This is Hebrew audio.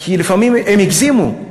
כי לפעמים הם הגזימו,